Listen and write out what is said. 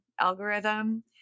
algorithm